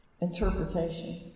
interpretation